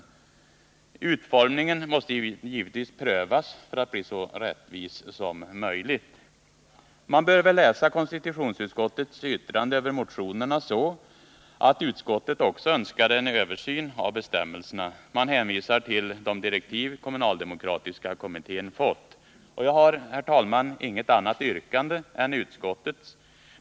Utformningen måste givetvis prövas för att bli så rättvis som möjligt. Man bör väl läsa konstitutionsutskottets yttrande över motionerna så, att utskottet också önskar en översyn av bestämmelserna. Man hänvisar till de direktiv som kommunaldemokratiska kommittén har fått. Jag har, herr talman, inget annat yrkande än utskottets.